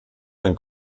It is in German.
ein